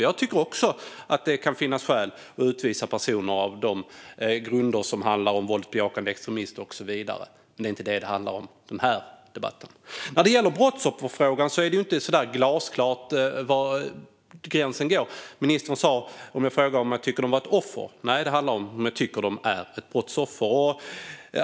Jag tycker också att det kan finnas skäl att utvisa personer på grunder som handlar om våldsbejakande extremism och så vidare, men det är inte det denna debatt handlar om. När det gäller brottsofferfrågan är det inte alldeles glasklart var gränsen går. Ministern sa att jag hade frågat om hon tyckte att de prostituerade var offer. Nej, det handlar om huruvida hon tycker att de är brottsoffer.